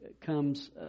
comes